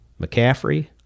McCaffrey